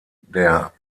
der